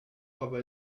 aber